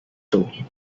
though